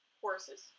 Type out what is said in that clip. Horses